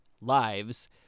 lives